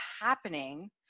happening